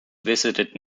visited